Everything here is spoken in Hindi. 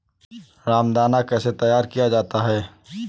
रामदाना कैसे तैयार किया जाता है?